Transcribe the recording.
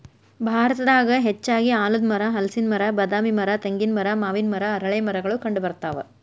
ಭಾರತದಾಗ ಹೆಚ್ಚಾಗಿ ಆಲದಮರ, ಹಲಸಿನ ಮರ, ಬಾದಾಮಿ ಮರ, ತೆಂಗಿನ ಮರ, ಮಾವಿನ ಮರ, ಅರಳೇಮರಗಳು ಕಂಡಬರ್ತಾವ